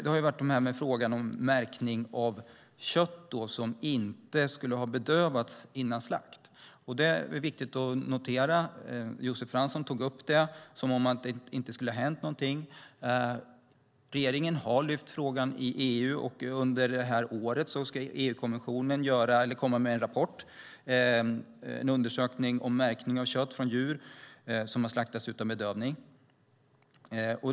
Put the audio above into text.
Det har varit frågan om märkning av kött där djuret inte skulle ha bedövats före slakt. Josef Fransson tog upp det som om det inte skulle ha hänt något. Men det är viktigt att notera att regeringen har lyft fram frågan i EU, och under det här året ska EU-kommissionen göra en undersökning om märkning av kött från djur som har slaktats utan bedövning.